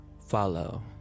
follow